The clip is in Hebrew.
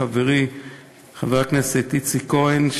לחברי חבר הכנסת איציק כהן,